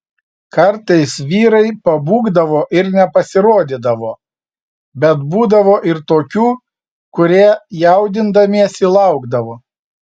kartais vyrai pabūgdavo ir nepasirodydavo bet būdavo ir tokių kurie jaudindamiesi laukdavo